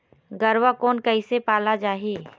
गरवा कोन कइसे पाला जाही?